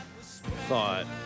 thought